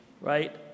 right